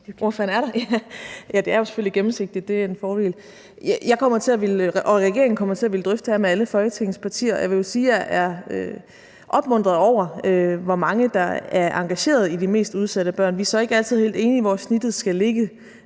der, kan jeg se. Ja, det er jo selvfølgelig gennemsigtigt, og det er en fordel. Jeg og regeringen kommer til at ville drøfte det her med alle Folketingets partier, og jeg vil jo sige, at jeg er opmuntret over, hvor mange der er engageret i de mest udsatte børn. Vi er så ikke altid helt enige om, hvor snittet skal ligge